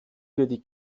für